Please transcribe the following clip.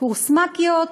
קורס מ"כיות,